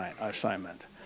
assignment